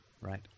right